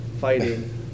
fighting